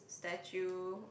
statue